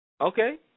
Okay